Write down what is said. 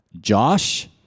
Josh